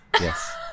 Yes